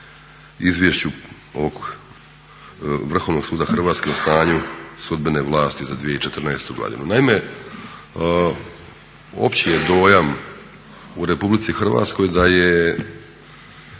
Izvješću Vrhovnog suda Hrvatske o stanju sudbene vlasti za 2014. godinu. Naime, opći je dojam u Republici Hrvatskoj da je